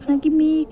आखना कि में